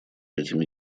этими